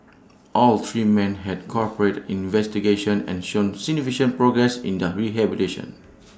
all three men had cooperated investigations and shown signification progress in their rehabilitation